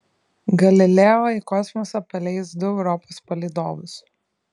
galileo į kosmosą paleis du europos palydovus